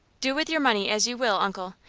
do with your money as you will, uncle.